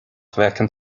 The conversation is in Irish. bhfeiceann